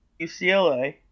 UCLA